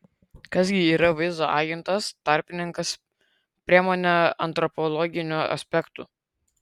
kas gi yra vaizdo agentas tarpininkas priemonė antropologiniu aspektu